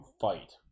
fight